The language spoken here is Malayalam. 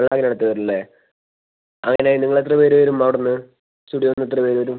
വൺ ലാക്കിനടുത്ത് വരുമല്ലേ അങ്ങനെയാണെങ്കിൽ നിങ്ങളെത്ര പേർ വരും അവിടെനിന്ന് സ്റ്റുഡിയോയിൽനിന്ന് എത്ര പേർ വരും